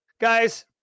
Guys